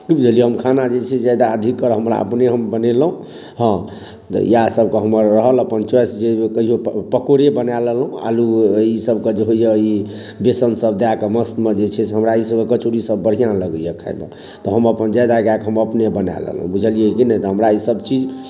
की बुझलियै हम खाना जे छै जादा अधिकर हमरा अपने हम बनेलहुँ हँ इएह सबके हमर रहल अपन च्वाइस जे कहियो पकोड़े बना लेलहुँ आलू ई सबके जे होइया ई बेसन सब दए कऽ मस्तमे जे छै हमरा ई सब कचौड़ी सब बढ़िआँ लगैया खाएमे तऽ हम अपन जादा कए कऽ हम अपने बना लेलहुँ बुझलियै कि नहि तऽ हमरा ई सब चीज